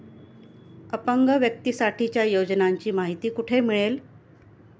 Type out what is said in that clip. अपंग व्यक्तीसाठीच्या योजनांची माहिती कुठे मिळेल?